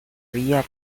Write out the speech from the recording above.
vía